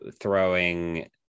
throwing